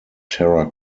terra